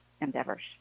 endeavors